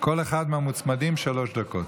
כל אחד מהמוצמדים, שלוש דקות.